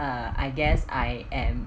uh I guess I am